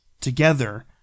together